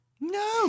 No